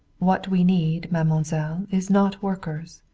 what we need, mademoiselle, is not workers.